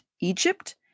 Egypt